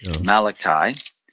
Malachi